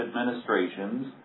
administrations